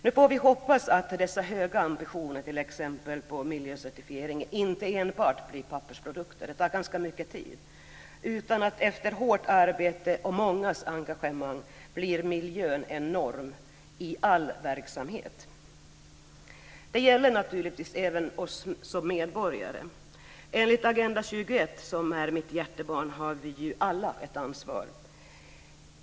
Nu får vi hoppas att dessa höga ambitioner t.ex. när det gäller miljöcertifiering inte enbart blir pappersprodukter - det tar ju ganska mycket tid - utan att miljön efter hårt arbete och mångas engagemang blir en norm i all verksamhet. Det gäller naturligtvis även oss som medborgare. Enligt Agenda 21, som är mitt hjärtebarn, har vi ju alla ett ansvar.